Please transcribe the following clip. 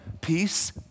peace